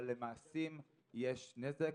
אבל למעשים יש נזק,